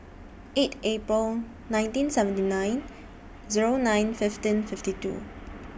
eight April nineteen seventy nine Zero nine fifteen fifty two